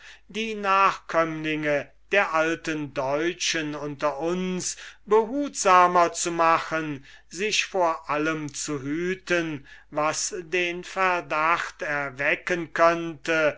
die nachkömmlinge der alten teutschen unter uns behutsamer zu machen sich vor allem zu hüten was den verdacht erwecken könnte